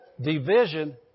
division